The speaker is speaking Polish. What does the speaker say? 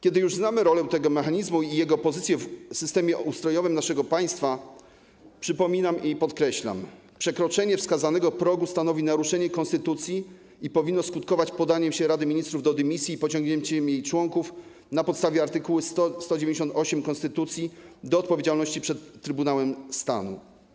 Kiedy już znamy rolę tego mechanizmu i jego pozycję w systemie ustrojowym naszego państwa, przypominam i podkreślam, przekroczenie wskazanego progu stanowi naruszenie konstytucji i powinno skutkować podaniem się Rady Ministrów do dymisji i pociągnięciem jej członków na podstawie art. 198 konstytucji do odpowiedzialności przed Trybunałem Stanu.